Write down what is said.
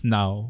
now